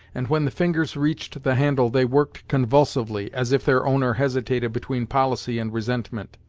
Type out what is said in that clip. and when the fingers reached the handle they worked convulsively, as if their owner hesitated between policy and resentment.